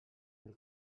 del